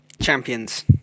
Champions